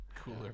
Cooler